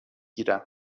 گیرم